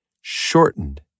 shortened